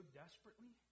desperately